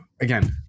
again